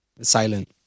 silent